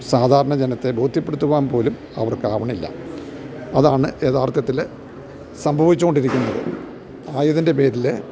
സാധാരണ ജനത്തെ ബോധ്യപ്പെടുത്തുവാന്പോലും അവർക്കാവുന്നില്ല അതാണ് യഥാർത്ഥത്തില് സംഭവിച്ചുകൊണ്ടിരിക്കുന്നത് ആയതിൻ്റെപേരില്